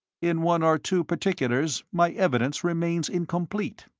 in one or two particulars my evidence remains incomplete.